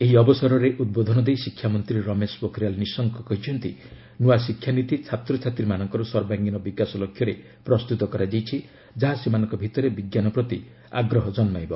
ଏହି ଅବସରରେ ଉଦ୍ବୋଧନ ଦେଇ ଶିକ୍ଷାମନ୍ତ୍ରୀ ରମେଶ ପୋଖରିଆଲ୍ ନିଶଙ୍କ କହିଛନ୍ତି ନୂଆ ଶିକ୍ଷାନୀତି ଛାତ୍ରଛାତ୍ରୀମାନଙ୍କର ସର୍ବାଙ୍ଗୀନ ବିକାଶ ଲକ୍ଷ୍ୟରେ ପ୍ରସ୍ତତ କରାଯାଇଛି ଯାହା ସେମାନଙ୍କ ଭିତରେ ବିଜ୍ଞାନ ପ୍ରତି ଆଗ୍ରହ ଜନ୍ଦାଇବ